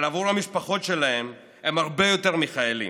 אבל בעבור המשפחות שלהם הם הרבה יותר מחיילים,